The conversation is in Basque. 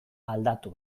aldatu